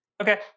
Okay